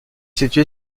situé